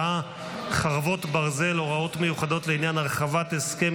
מחשוב, נא לבדוק.